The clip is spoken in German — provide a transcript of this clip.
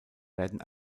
werden